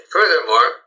Furthermore